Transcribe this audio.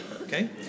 okay